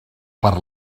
per